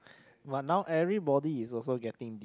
but now everybody is also getting